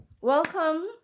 welcome